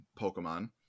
Pokemon